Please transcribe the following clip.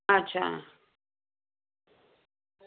अच्छा